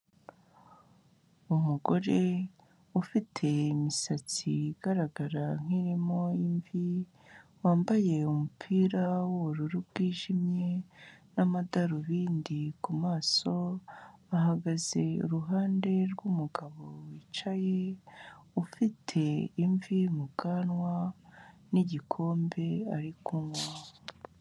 Umugore ufite imisatsi igaragara nk'irimo imvi, wambaye umupira w'ubururu bwijimye n'amadarubindi ku maso, ahagaze uruhande rw'umugabo wicaye, ufite imvi mu bwanwa n'igikombe ari kunywa.